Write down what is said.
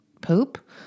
Poop